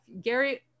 Gary